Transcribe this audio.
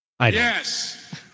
Yes